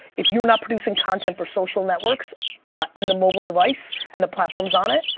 if you are not producing content for social networks and the mobile device and the platforms on it